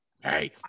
Hey